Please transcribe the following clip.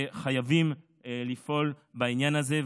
וחייבים לפעול בעניין הזה.